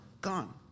gone